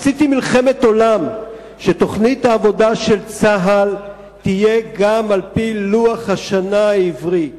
עשיתי מלחמת עולם שתוכנית העבודה של צה"ל תהיה גם על-פי לוח השנה העברי.